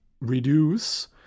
reduce